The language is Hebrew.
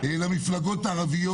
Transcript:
למפלגות הערביות.